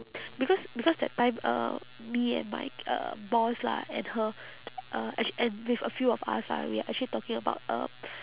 because because that time uh me and my uh boss lah and her uh and sh~ and with a few of us ah we are actually talking about uh